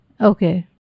Okay